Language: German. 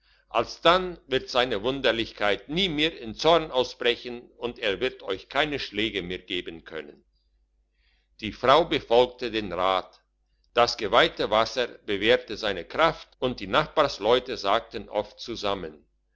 alsdann wird seine wunderlichkeit nie mehr in zorn ausbrechen und er wird euch keine schläge mehr geben können die frau befolgte den rat das geweihte wasser bewährte seine kraft und die nachbarsleute sagten oft zusammen